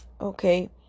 okay